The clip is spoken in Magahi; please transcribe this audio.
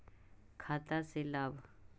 खाता से लाभ?